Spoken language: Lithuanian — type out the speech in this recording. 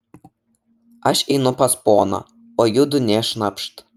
aš einu pas poną o judu nė šnapšt